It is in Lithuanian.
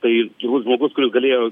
tai žmogus kuris galėjo